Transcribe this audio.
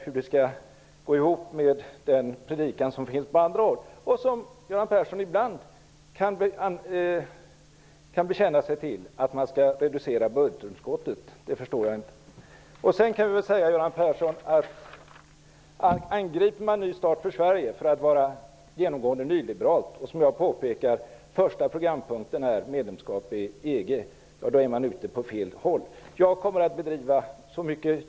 Hur det skall gå ihop med predikan från andra håll -- som Göran Persson ibland kan bekänna sig till -- om att vi skall reducera budgetunderskottet förstår jag inte. Angriper man Ny start för Sverige för att vara genomgående nyliberalt är man ute på fel håll. Ny start för Sverige är, som jag har påpekat, första programpunkten för medlemskap i EG.